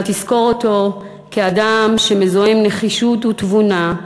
אלא היא תזכור אותו כאדם שמזוהה עם נחישות ותבונה,